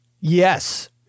Yes